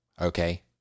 okay